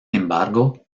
embargo